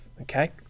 okay